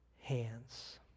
hands